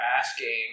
asking